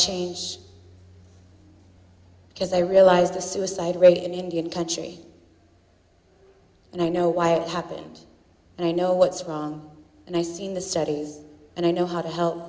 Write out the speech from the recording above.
changed because they realized the suicide rate in indian country and i know why it happened and i know what's wrong and i seen the studies and i know how to help